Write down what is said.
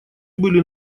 были